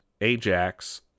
Ajax